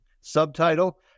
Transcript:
Subtitle